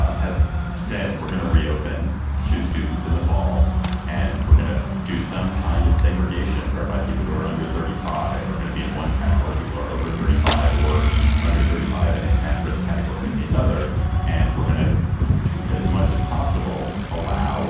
ah has said we're going to reopen to students in the fall and we're going to do some kind of segregation whereby people who are under thirty five are going to be in one category. people are over thirty five or under thirty five. and in that risk category going to be another and we're going to triple as much as possible allow